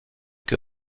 que